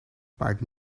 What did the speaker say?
paard